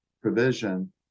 provision